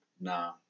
Nah